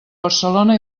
barcelona